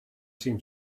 seem